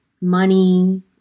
money